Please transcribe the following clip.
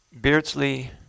Beardsley